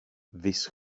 this